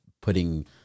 putting